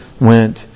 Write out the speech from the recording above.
went